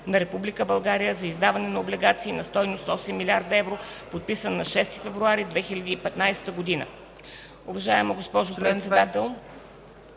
България за издаване на облигации на стойност 8 млрд. евро, подписан на 6 февруари 2015 г.”